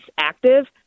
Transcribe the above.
active